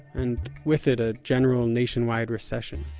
and with it a general nationwide recession.